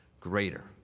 greater